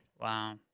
Wow